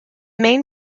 main